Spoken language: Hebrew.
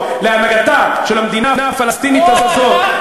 להנהגתה של המדינה הפלסטינית הזאת,